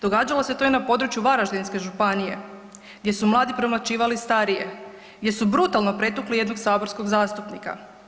Događalo se to i na području Varaždinske županije, gdje su mladi premlaćivali starije, gdje su brutalno pretukli jednog saborskog zastupnika.